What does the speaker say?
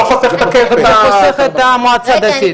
זה חוסך את המועצה הדתית.